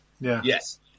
Yes